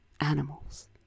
animals